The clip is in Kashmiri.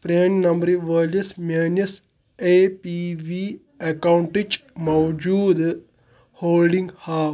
پرٛانہِ نمبرٕ وٲلِس میٛانِس اَے پی وی ایکاؤنٹٕچ موٗجوٗد ہولڈِنٛگ ہاو